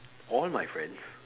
all my friends